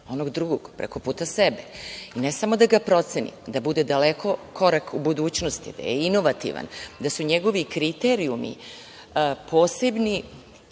onog drugog preko puta sebe i ne samo da ga proceni, da bude daleko korak u budućnosti, da je inovativan, da su njegovi kriterijumi posebni,